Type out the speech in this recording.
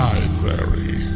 Library